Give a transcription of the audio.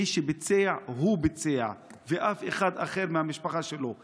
מי שביצע, הוא ביצע, ואף אחד אחר מהמשפחה שלו לא,